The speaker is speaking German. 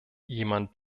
jemand